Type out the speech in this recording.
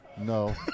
No